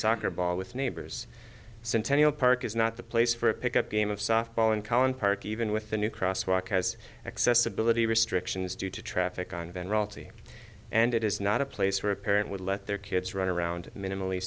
soccer ball with neighbors centennial park is not the place for a pick up game of softball in college park even with the new crosswalk has accessibility restrictions due to traffic on van royalty and it is not a place where a parent would let their kids run around minimally